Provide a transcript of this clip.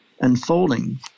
unfolding